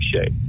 shape